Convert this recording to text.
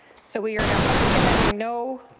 so we are now back to having no